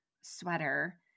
sweater